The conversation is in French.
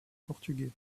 portugais